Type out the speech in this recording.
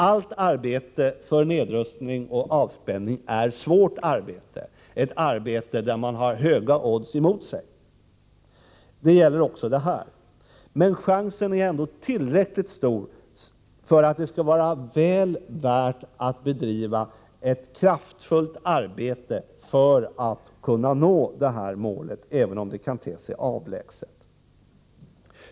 Allt arbete för nedrustning och avspänning är ett svårt arbete, ett arbete där man har höga odds emot sig. Det gäller även detta arbete. Men chansen är ändå tillräckligt stor för att det skall vara väl värt att bedriva ett kraftfullt arbete för att nå detta mål, även om det ter sig avlägset.